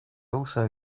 also